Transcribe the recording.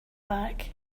back